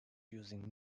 using